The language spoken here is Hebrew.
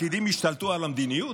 הפקידים השתלטו על המדיניות?